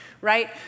right